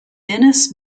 denis